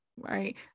right